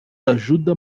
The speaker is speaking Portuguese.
ajuda